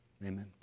Amen